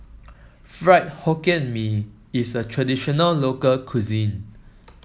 Fried Hokkien Mee is a traditional local cuisine